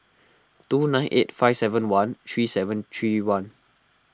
two nine eight five seven one three seven three one